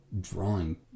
drawing